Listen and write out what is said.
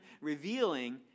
revealing